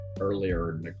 earlier